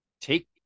take